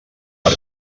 per